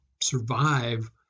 survive